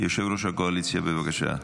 יושב-ראש הקואליציה, בבקשה.